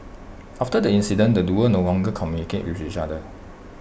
after the incident the duo no longer communicated with each other